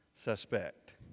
suspect